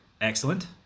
Excellent